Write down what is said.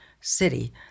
city